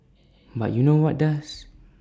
but you know what does